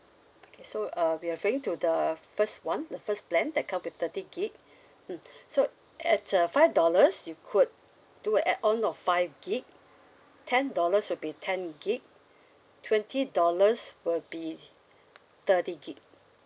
okay so uh you're referring to the first one the first plan that come with thirty gig mm so at uh five dollars you could do a add on of five gig ten dollars would be ten gig twenty dollars will be thirty gig